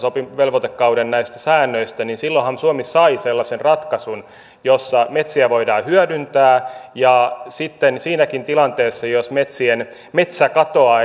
velvoitekauden säännöistä niin silloinhan suomi sai sellaisen ratkaisun jossa metsiä voidaan hyödyntää ja sitten siinäkin tilanteessa jos metsäkatoa